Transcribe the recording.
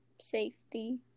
safety